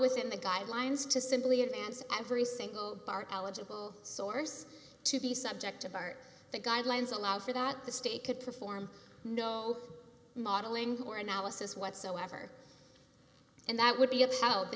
within the guidelines to simply advance every single eligible source to be subject of art the guidelines allow for that the state could perform no modeling or analysis whatsoever and that would be upheld the